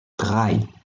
drei